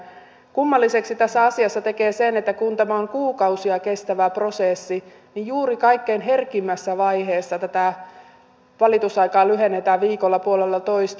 kummalliseksi tässä asiassa tekee se että kun tämä on kuukausia kestävä prosessi niin juuri kaikkein herkimmässä vaiheessa tätä valitusaikaa lyhennetään viikolla puolellatoista